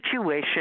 situation